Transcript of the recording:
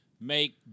make